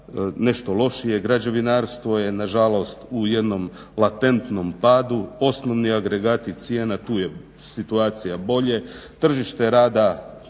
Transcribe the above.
nešto lošije, građevinarstvo je nažalost u jednom latentnom padu, osnovni agregati cijena, tu je situacija bolje, tržište rada